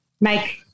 make